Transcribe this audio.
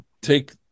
take